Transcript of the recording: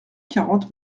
quarante